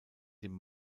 dem